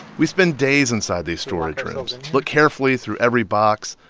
we spend days inside these storage rooms, look carefully through every box,